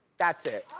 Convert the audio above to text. that's it.